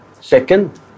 second